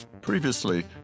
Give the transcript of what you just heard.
Previously